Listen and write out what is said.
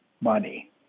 money